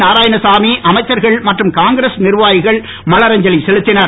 நாரயாணசாமி அமைச்சர்கள் மற்றும் காங்கிரஸ் நிர்வாகிகள் மலரஞ்சலி செலுத்தினர்